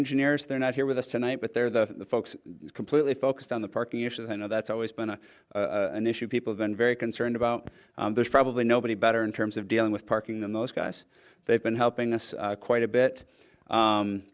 engineers they're not here with us tonight but they're the folks completely focused on the parking issues and that's always been a an issue people been very concerned about there's probably nobody better in terms of dealing with parking than those guys they've been helping us quite a bit